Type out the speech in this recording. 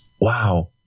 Wow